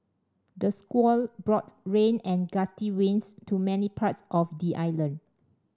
the squall brought rain and gusty winds to many parts of the island